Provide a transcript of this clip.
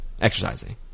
exercising